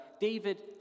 David